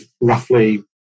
roughly